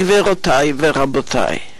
גבירותי ורבותי,